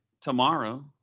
tomorrow